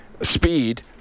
Speed